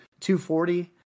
240